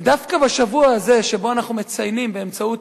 ודווקא בשבוע הזה שבו אנחנו מציינים באמצעות